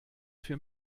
für